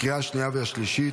לקריאה השנייה והשלישית.